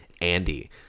Andy